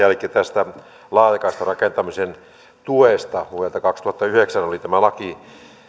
elikkä tästä laajakaistarakentamisen tuesta vuodelta kaksituhattayhdeksän oli tämä laki